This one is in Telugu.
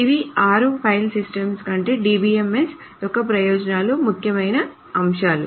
ఇవి ఆరు ఫైల్ సిస్టమ్స్ కంటే DBMS యొక్క ప్రయోజనాల ముఖ్యమైన అంశాలు